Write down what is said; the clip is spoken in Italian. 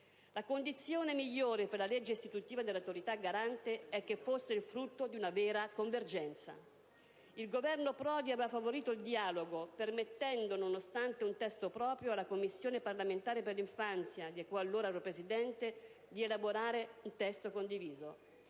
La condizione migliore per la legge istitutiva dell'Autorità garante è che fosse il frutto di una vera convergenza. Il Governo Prodi aveva favorito il dialogo, permettendo, nonostante un testo proprio, alla Commissione parlamentare per l'infanzia, di cui allora ero Presidente, di elaborare un progetto condiviso.